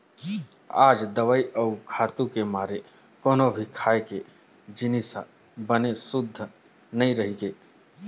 आज दवई अउ खातू के मारे कोनो भी खाए के जिनिस ह बने सुद्ध नइ रहि गे